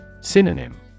Synonym